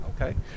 okay